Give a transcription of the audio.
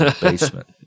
Basement